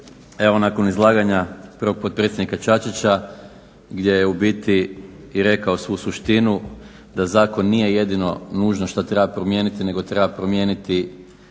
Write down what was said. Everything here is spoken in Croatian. evo nakon izlaganja prvog potpredsjednika Čačića gdje je u biti i rekao svu suštinu da zakon nije jedino nužno što treba promijeniti nego treba promijeniti